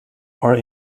are